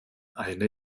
eine